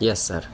yes sir